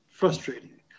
Frustrating